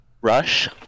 rush